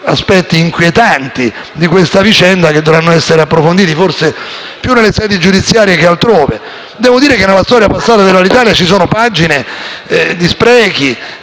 aspetti inquietanti di questa vicenda che dovranno essere approfonditi, forse più nelle sedi giudiziarie che altrove. Nella storia passata di Alitalia ci sono pagine di sprechi